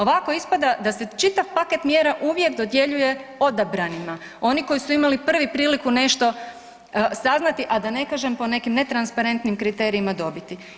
Ovako ispada da se čitav paket mjera uvijek dodjeljuje odabranima, oni koji su imali prvi priliku nešto saznati, a da ne kažem po nekim netransparentnim kriterijima dobiti.